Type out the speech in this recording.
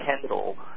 Kendall